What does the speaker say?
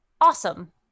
Awesome